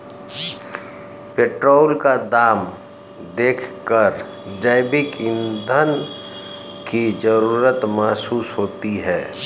petrol का दाम देखकर जैविक ईंधन की जरूरत महसूस होती है